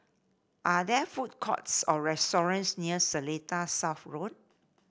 are there food courts or restaurants near Seletar South Road